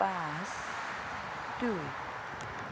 পাঁচ দুই